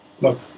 look